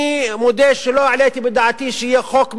אני מודה שלא העליתי בדעתי שיהיה חוק מיוחד,